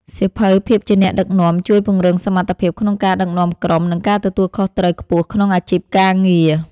សៀវភៅភាពជាអ្នកដឹកនាំ ជួយពង្រឹងសមត្ថភាពក្នុងការដឹកនាំក្រុម និងការទទួលខុសត្រូវខ្ពស់ក្នុងអាជីពការងារ។